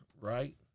right